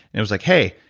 it was like, hey,